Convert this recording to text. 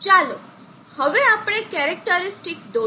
ચાલો હવે આપણે કેરેકટરીસ્ટીક દોરીએ